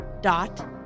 dot